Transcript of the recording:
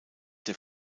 der